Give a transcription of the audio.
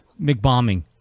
McBombing